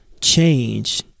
change